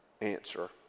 answer